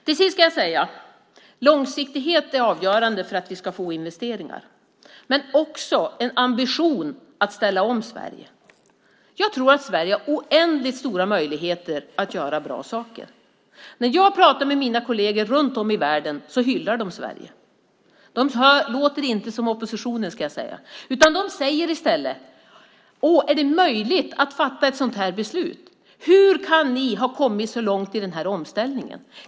Till sist ska jag säga att långsiktighet är avgörande för att vi ska få investeringar men också en ambition att ställa om Sverige. Jag tror att Sverige har oändligt stora möjligheter att göra bra saker. När jag pratar med mina kolleger runt om i världen hyllar de Sverige. De låter inte som oppositionen, ska jag säga. De säger i stället: Är det möjligt att fatta ett sådant här beslut? Hur kan ni ha kommit så långt i den här omställningen?